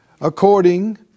According